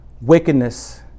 wickedness